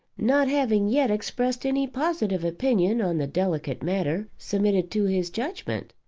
not having yet expressed any positive opinion on the delicate matter submitted to his judgment.